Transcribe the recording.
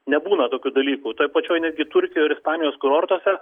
nebūna tokių dalykų toj pačioj netgi turkijoj ir ispanijos kurortuose